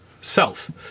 Self